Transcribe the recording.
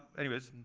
anyways,